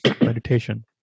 meditation